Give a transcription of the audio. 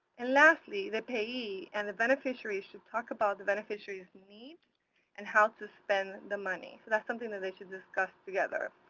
and lastly, the payee and the beneficiary should talk about the beneficiary's needs and how to spend the money. so that's something that they should discuss together.